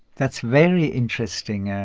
that's very interesting,